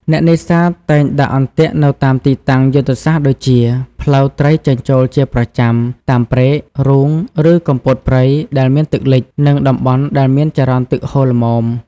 អ្នកនេសាទតែងដាក់អន្ទាក់នៅតាមទីតាំងយុទ្ធសាស្ត្រដូចជា ផ្លូវត្រីចេញចូលជាប្រចាំ តាមព្រែក រូងឬគុម្ពោតព្រៃដែលមានទឹកលិច និងតំបន់ដែលមានចរន្តទឹកហូរល្មម។